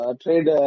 trade